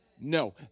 no